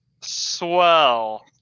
swell